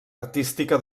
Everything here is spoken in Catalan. artística